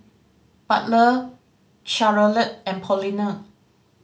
butler Charolette and Paulina